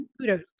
kudos